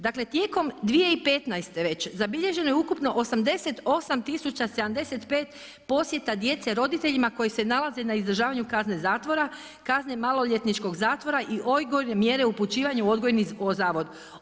Dakle, tijekom 2015. već zabilježeno je ukupno 88075 posjeta djece roditeljima koji se nalaze na izražavanju kazne zatvora, kazne maloljetničkog zatvora i odgojne mjere upućivanju u odgojni zavod.